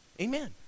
Amen